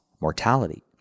mortality